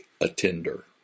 attender